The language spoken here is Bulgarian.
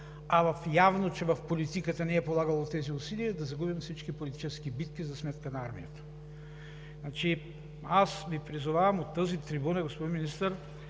А явно в политиката не са се полагали тези усилия, че да загубим всички политически битки за сметка на армията. Аз Ви призовавам от тази трибуна, господин Министър,